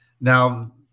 Now